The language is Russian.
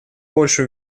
больше